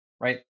right